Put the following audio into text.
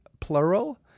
Plural